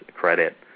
credit